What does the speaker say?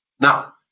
Now